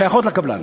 שייכים לקבלן.